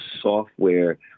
software